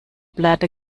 bled